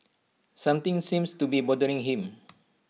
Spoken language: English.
something seems to be bothering him